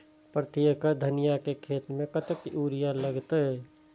प्रति एकड़ धनिया के खेत में कतेक यूरिया लगते?